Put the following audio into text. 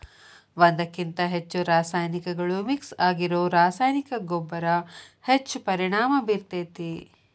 ಒಂದ್ಕಕಿಂತ ಹೆಚ್ಚು ರಾಸಾಯನಿಕಗಳು ಮಿಕ್ಸ್ ಆಗಿರೋ ರಾಸಾಯನಿಕ ಗೊಬ್ಬರ ಹೆಚ್ಚ್ ಪರಿಣಾಮ ಬೇರ್ತೇತಿ